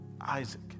Isaac